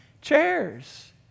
chairs